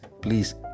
please